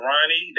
Ronnie